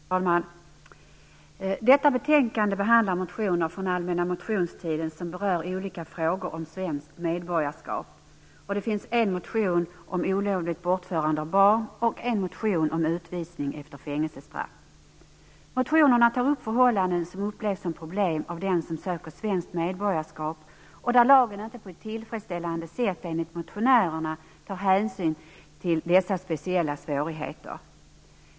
Fru talman! Detta betänkande behandlar motioner från allmänna motionstiden, som berör olika frågor om svenskt medborgarskap. Det finns en motion om olovligt bortförande av barn och en motion om utvisning efter fängelsestraff. Motionerna tar upp förhållanden som upplevs som problem av den som söker svenskt medborgarskap och där lagen inte på ett tillfredsställande sätt, enligt motionärerna, tar hänsyn till dessa speciella svårigheter.